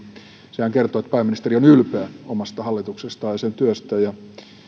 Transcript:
sehän kertoo että pääministeri on ylpeä omasta hallituksestaan ja sen työstä